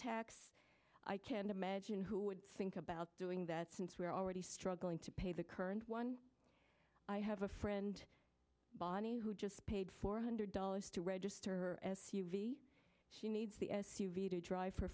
tax i can't imagine who would think about doing that since we are already struggling to pay the current one i have a friend bonnie who just paid four hundred dollars to register s u v she needs the